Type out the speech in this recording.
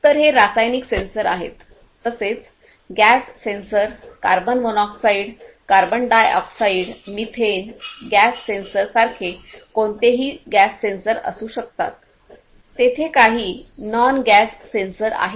तर हे रासायनिक सेन्सर आहेत तसेच gas sensor carbon monoxide carbon dioxide methane gas sensor सारखे कोणतेही गॅस सेन्सर असू शकतात तेथे काही नॉन गॅस सेन्सर आहेत